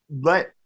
let